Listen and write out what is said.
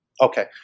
Okay